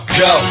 go